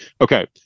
Okay